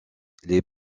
les